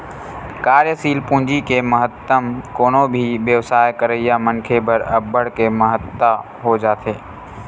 कार्यसील पूंजी के महत्तम कोनो भी बेवसाय करइया मनखे बर अब्बड़ के महत्ता हो जाथे